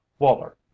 Waller